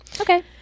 Okay